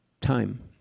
time